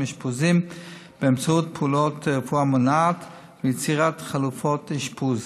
אשפוזים באמצעות פעולות רפואה מונעת ויצירת חלופות אשפוז.